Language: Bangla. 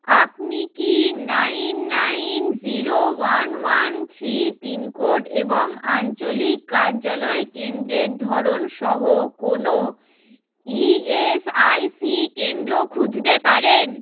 আপনি কি nine nine zero one one three pincode এবং আঞ্চলিক কার্যালয় কেন্দ্রের ধরনসহ কোনো ইএসআইসি কেন্দ্র খুঁজতে পারেন